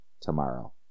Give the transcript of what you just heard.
tomorrow